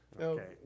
Okay